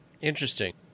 Interesting